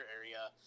area